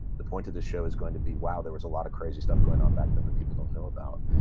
the point of the show is going to be while there was a lot of crazy stuff going on back then the people don't know about.